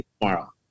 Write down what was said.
tomorrow